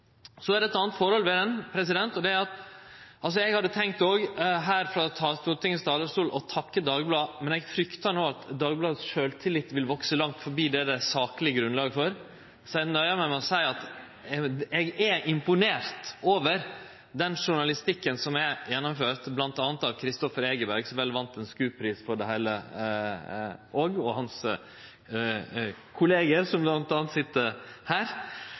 så er det eit anna forhold ved saka: Eg hadde tenkt – her frå Stortingets talarstol – å takke Dagbladet. Men eg fryktar no at Dagbladets sjølvtillit vil vekse langt forbi det som det er sakleg grunnlag for, så eg nøyer meg med å seie at eg er imponert over journalistikken til bl.a. Kristoffer Egeberg – som vel òg vann ein SKUP-pris for det heile – og kollegaane hans som sit her.